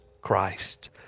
Christ